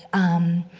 um,